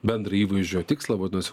bendrą įvaizdžio tikslą vadinasi